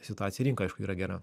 situacija rinkoj aišku yra gera